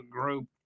group